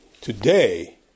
Today